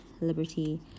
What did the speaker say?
liberty